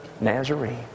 Nazarene